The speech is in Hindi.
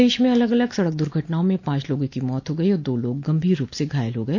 प्रदेश में अलग अलग सड़क दुर्घटनाआ में पांच लोगों की मौत होगयी और दो लोग गंभीर रूप से घायल हो गये